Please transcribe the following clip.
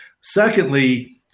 Secondly